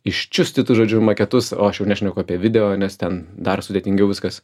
iščiustytu žodžiu maketus o aš jau nešneku apie video nes ten dar sudėtingiau viskas